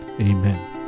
Amen